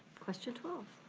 question twelve.